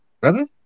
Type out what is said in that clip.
brother